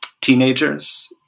teenagers